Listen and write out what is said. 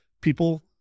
People